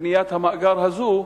בניית המאגר הזה,